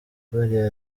bariya